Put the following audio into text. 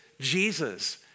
Jesus